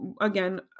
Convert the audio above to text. again